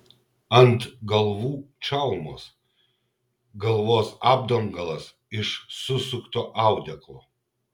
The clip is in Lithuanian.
ant galvų čalmos galvos apdangalas iš susukto audeklo